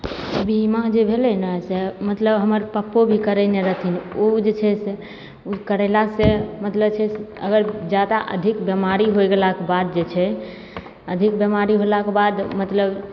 बीमा जे भेलै ने से मतलब हमर पपो भी करेने रहथिन ओ जे छै से करेला से मतलब जे छै से अगर जादा अधिक बेमारी होए गेला कऽ बाद जे छै अधिक बेमारी होलाकऽ बाद मतलब